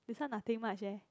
this one nothing much eh